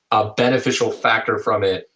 a beneficial factor from it,